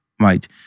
right